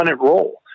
role